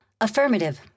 Affirmative